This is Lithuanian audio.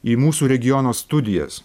į mūsų regiono studijas